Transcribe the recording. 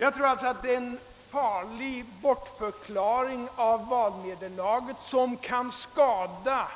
Jag tror alltså att det är en farlig bortförklaring av valnederlaget som kan skada